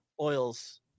oils